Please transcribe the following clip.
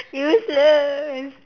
useless